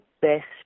best